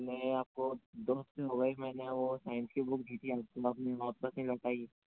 मैं आपको दो हफ्ते हो गए मैंने वो साइंस की बुक दी थी अब तक आपने वापस नहीं लौटाई